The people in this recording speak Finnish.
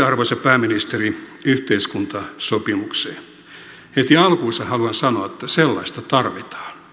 arvoisa pääministeri yhteiskuntasopimukseen heti alkuunsa haluan sanoa että sellaista tarvitaan